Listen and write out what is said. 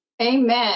Amen